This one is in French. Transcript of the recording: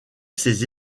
ses